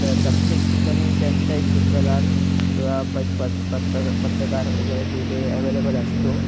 तर प्रत्येक ठिकाणी त्यांचा एक सूत्रधार किंवा पैक पत पत्रकार वगैरे तिथे अवेलेबल असतो